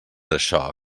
això